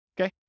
Okay